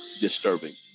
disturbing